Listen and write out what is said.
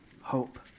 hope